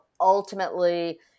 ultimately